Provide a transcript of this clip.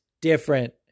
different